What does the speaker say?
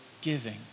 giving